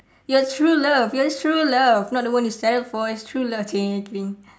your true love your true love not the one you fell for it's true love !chey! just kidding